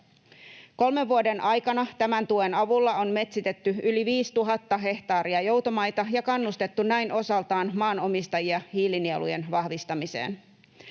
Kolmen vuoden aikana tämän tuen avulla on metsitetty yli 5 000 hehtaaria joutomaita ja kannustettu näin osaltaan maanomistajia hiilinielujen vahvistamiseen.